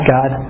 God